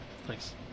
Thanks